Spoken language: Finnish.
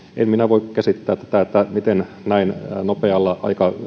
en minä voi käsittää tätä miten näin nopealla